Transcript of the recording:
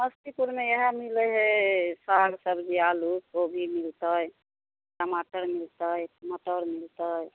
समस्तीपुरमे इएहे मिलै हय साग सब्जी आलू कोबी मिलतै टमाटर मिलतै मटर मिलतै